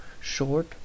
short